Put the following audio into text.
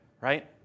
right